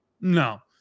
No